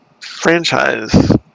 Franchise